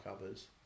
others